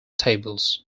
tables